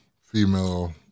female